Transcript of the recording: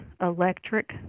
electric